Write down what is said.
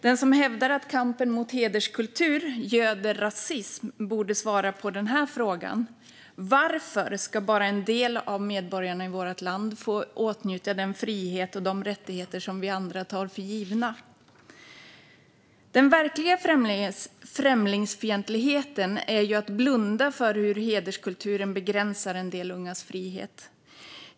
Den som hävdar att kampen mot hederskultur göder rasism borde svara på denna fråga: Varför ska en del av medborgarna i vårt land inte få åtnjuta den frihet och de rättigheter vi andra tar för givna? Den verkliga främlingsfientligheten är att blunda för hur hederskulturen begränsar en del ungas frihet.